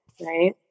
right